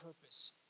purpose